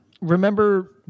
Remember